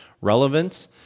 relevance